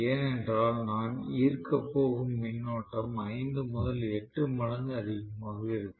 ஏனென்றால் நான் ஈர்க்கப் போகும் மின்னோட்டம் 5 முதல் 8 மடங்கு அதிகமாக இருக்கும்